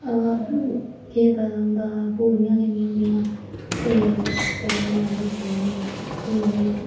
केह् पता होंदा पूरियां गै नी होन्दियां ते कदें कदें अ'ऊं सोचनी होन्नी के मै